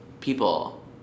People